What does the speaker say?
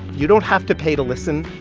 you don't have to pay to listen,